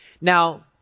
Now